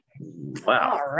Wow